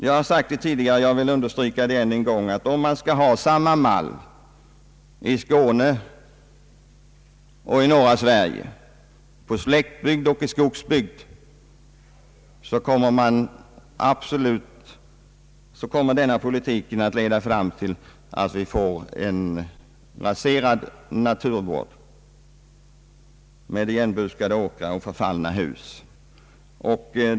Jag har sagt det tidigare, och jag vill understryka det än en gång, nämligen att om man skall ha samma mall i Skåne som i norra Sverige, samma mall i slättbygd som i skogsbygd, kommer denna politik att leda fram till en raserad naturvård med igenbuskade åkrar och förfallna hus.